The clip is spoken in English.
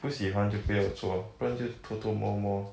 不喜欢就不要做不然就偷偷摸摸